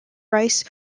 rice